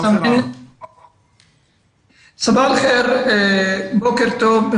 בוקר טוב,